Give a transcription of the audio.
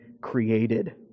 created